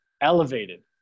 elevated